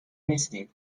نیستین